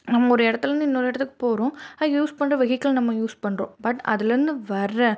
நம்ம ஒரு இடத்துலேருந்து இன்னொரு இடத்துக்கு போகிறோம் அதுக்கு யூஸ் பண்ணுற வெஹிக்கள் நம்ம யூஸ் பண்ணுறோம் பட் அதுலேயிருந்து வர்ற